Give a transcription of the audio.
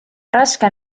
raske